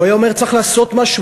הוא היה אומר: צריך לעשות משהו,